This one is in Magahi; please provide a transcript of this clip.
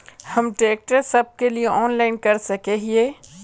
हम ट्रैक्टर सब के लिए ऑनलाइन कर सके हिये?